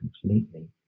completely